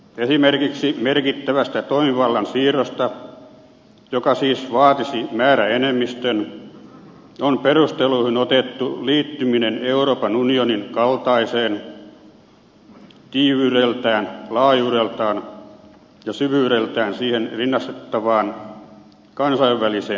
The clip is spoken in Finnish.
esimerkiksi merkittävästä toimivallan siirrosta joka siis vaatisi määräenemmistön on perusteluihin otettu liittyminen euroopan unionin kaltaiseen tiiviydeltään laajuudeltaan ja syvyydeltään siihen rinnastettavaan kansainväliseen järjestöön